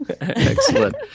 Excellent